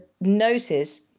notice